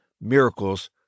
Miracles